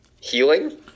healing